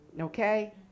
okay